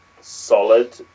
solid